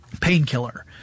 painkiller